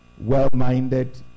well-minded